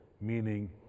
meaning